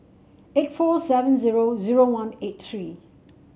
eight four seven zero zero one eight three